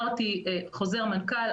אמרתי חוזר מנכ"ל,